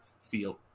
feel